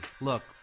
Look